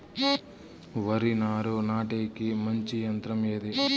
వరి నారు నాటేకి మంచి యంత్రం ఏది?